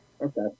Okay